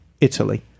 Italy